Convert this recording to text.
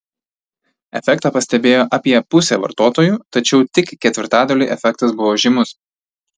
efektą pastebėjo apie pusė vartotojų tačiau tik ketvirtadaliui efektas buvo žymus